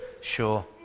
sure